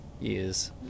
years